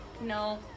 No